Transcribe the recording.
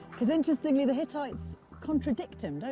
because, interestingly, the hittites contradict him, don't